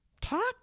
talk